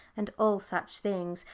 and all such things,